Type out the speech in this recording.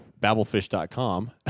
babblefish.com